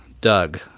Doug